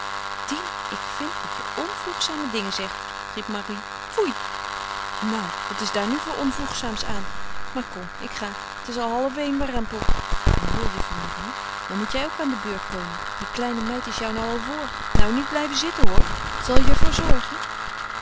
dien ik vind dat je onvoegzame dingen zegt riep marie foei nou wat is daar nu voor onvoegzaams aan maar kom ik ga het is al halfeen warempel en hoor juffrouw marie nou moet jij ook aan de beurt komen die kleine meid is jou nou al voor nou niet blijven zitten hoor zal je er voor zorgen